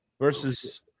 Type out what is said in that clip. versus